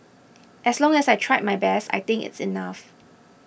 as long as I tried my best I think it is enough